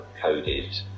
coded